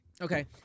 Okay